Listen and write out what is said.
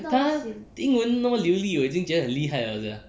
他英文那么流利我已经觉得很厉害了 sia